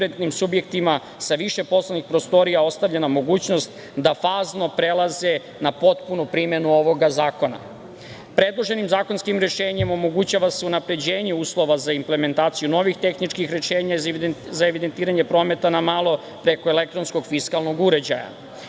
privrednim subjektima sa više poslovnih prostorija ostavljena mogućnost da fazno prelaze na potpunu primenu ovog zakona. Predloženim zakonskim rešenjem omogućava se unapređenje uslova za implementaciju novih tehničkih rešenja za evidentiranje prometa na malo preko elektronskog fiskalnog uređaja.